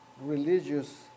religious